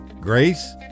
grace